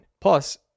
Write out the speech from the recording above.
Plus